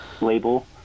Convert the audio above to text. label